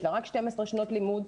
יש לה רק 12 שנות לימוד?